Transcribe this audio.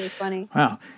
wow